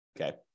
Okay